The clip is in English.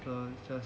um